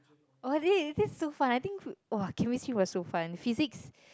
oh this is this is so fun I think food !wah! chemistry was so fun physics